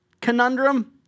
conundrum